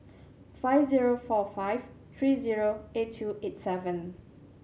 five zero four five three zero eight two eight seven